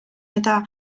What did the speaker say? eta